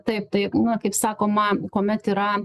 taip tai na kaip sakoma kuomet yra